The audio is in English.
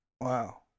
Wow